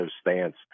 stance